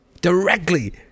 directly